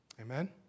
Amen